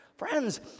Friends